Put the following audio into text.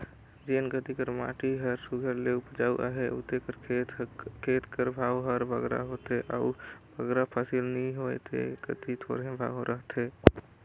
जेन कती कर माटी हर सुग्घर ले उपजउ अहे उते कर खेत कर भाव हर बगरा होथे अउ बगरा फसिल नी होए ते कती थोरहें भाव रहथे